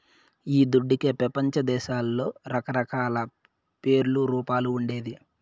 ఈ దుడ్డుకే పెపంచదేశాల్ల రకరకాల పేర్లు, రూపాలు ఉండేది